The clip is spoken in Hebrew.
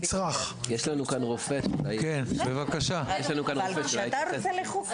בבקשה, יש פה רופא שרוצה להתבטא.